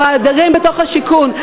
או הדיירים בתוך השיכון.